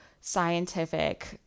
scientific